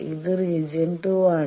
ഇത് റീജിയൻ 2 ആണ്